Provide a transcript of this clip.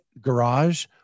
garage